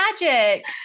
magic